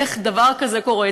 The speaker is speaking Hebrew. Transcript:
איך דבר כזה קורה?